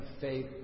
faith